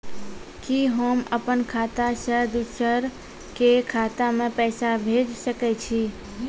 कि होम अपन खाता सं दूसर के खाता मे पैसा भेज सकै छी?